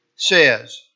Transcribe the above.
Says